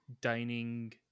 dining